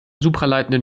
supraleitenden